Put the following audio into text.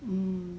mm